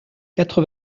quatre